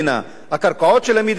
הקרקעות של המדינה,